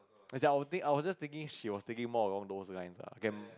as in I was just thinking she was thinking more along those lines lah I can